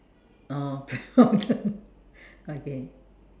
oh prayer mountain okay